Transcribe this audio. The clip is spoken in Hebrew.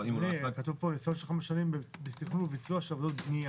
כתוב פה ניסיון של 5 שנים בתכנון וביצוע של עבודות בנייה.